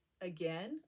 Again